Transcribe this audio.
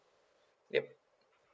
yup